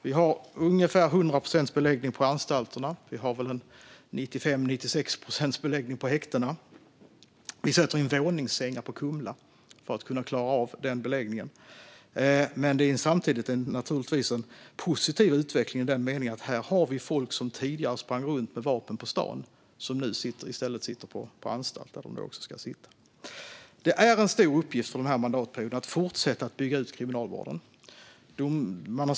Det är nästan hundraprocentig beläggning på anstalterna och ca 95 procents beläggning på häktena, och det sätts in våningssängar på Kumla för att klara beläggningen. Det är en positiv utveckling i den meningen att folk som tidigare sprang runt på stan med vapen nu sitter på anstalt. En stor och viktig uppgift denna mandatperiod är att fortsätta att bygga ut kriminalvården.